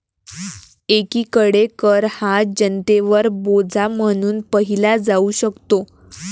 एकीकडे कर हा जनतेवर बोजा म्हणून पाहिला जाऊ शकतो